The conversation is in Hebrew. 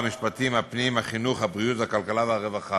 הפנים, החינוך, הבריאות, הכלכלה והרווחה.